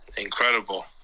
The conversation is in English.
Incredible